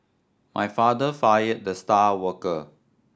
my father fired the star worker